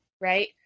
right